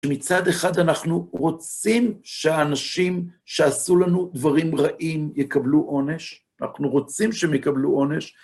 מצד אחד, אנחנו רוצים שהאנשים שעשו לנו דברים רעים יקבלו עונש, אנחנו רוצים שהם יקבלו עונש.